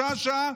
שעה-שעה.